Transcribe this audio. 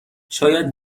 شاید